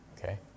Okay